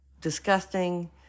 disgusting